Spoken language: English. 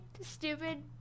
stupid